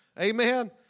Amen